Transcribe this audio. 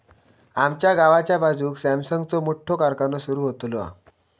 आमच्या गावाच्या बाजूक सॅमसंगचो मोठो कारखानो सुरु होतलो हा